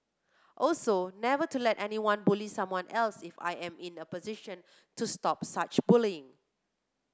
also never to let anyone bully someone else if I am in the position to stop such bullying